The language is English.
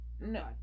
no